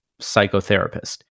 psychotherapist